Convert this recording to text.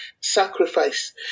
sacrifice